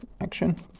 Action